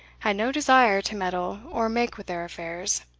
had no desire to meddle or make with their affairs,